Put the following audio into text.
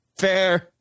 Fair